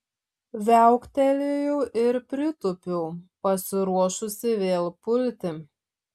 viauktelėjau ir pritūpiau pasiruošusi vėl pulti